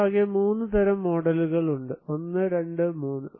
നമുക്ക് ആകെ 3 തരം മോഡലുകൾ ഉണ്ട് 1 2 3